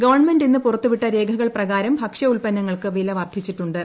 government ഇന്ന് പുറത്ത് വിട്ട രേഖകൾ പ്രകാരം ഭക്ഷ്യ ഉത്പന്നങ്ങൾക്ക് വില വർദ്ധിച്ചിട്ടു ്